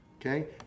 Okay